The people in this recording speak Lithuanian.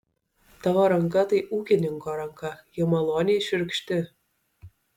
tavo ranka tai ūkininko ranka ji maloniai šiurkšti